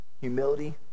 Humility